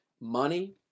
money